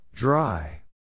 Dry